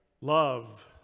love